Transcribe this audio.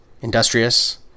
industrious